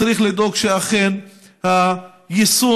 צריך לדאוג שאכן היישום